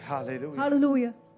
Hallelujah